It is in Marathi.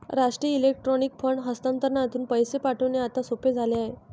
राष्ट्रीय इलेक्ट्रॉनिक फंड हस्तांतरणातून पैसे पाठविणे आता सोपे झाले आहे